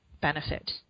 benefit